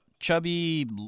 chubby